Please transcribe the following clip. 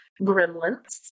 Gremlins